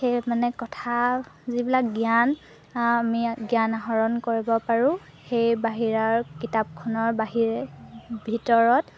সেই মানে কথা যিবিলাক জ্ঞান আমি জ্ঞান আহৰণ কৰিব পাৰোঁ সেই বাহিৰাৰ কিতাপখনৰ বাহিৰে ভিতৰত